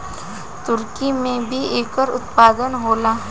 तुर्की में भी एकर उत्पादन होला